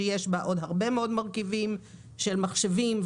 שיש בה עוד הרבה מאוד מרכיבים של מחשבים,